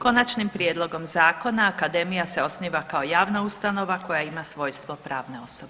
Konačnim prijedlogom zakona, Akademija se osniva kao javna ustanova koja ima svojstvo pravne osobe.